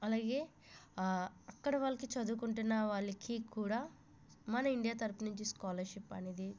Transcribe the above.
అలాగే అక్కడి వాళ్ళకి చదువుకుంటున్నా వాళ్ళకి కూడా మన ఇండియా తరుపు నుంచి స్కాలర్షిప్ అనేది